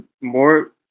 more